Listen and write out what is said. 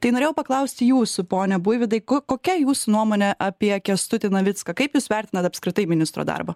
tai norėjau paklausti jūsų pone buivydai ko kokia jūsų nuomonė apie kęstutį navicką kaip jūs vertinat apskritai ministro darbą